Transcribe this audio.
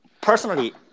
personally